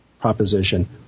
proposition